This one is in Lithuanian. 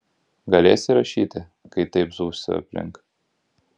galėsi rašyti kai taip zuisiu aplink